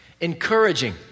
encouraging